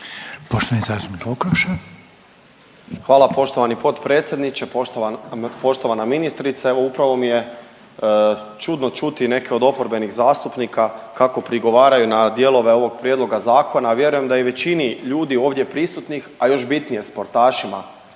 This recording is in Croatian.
Tomislav (HDZ)** Hvala poštovani potpredsjedniče. Poštovana ministrice. Evo upravo mi je čudno čuti neke od oporbenih zastupnika kako prigovaraju na dijelove ovog prijedloga zakona, a vjerujem da je i većini ovdje prisutnih, a još bitnije sportašima